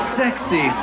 sexy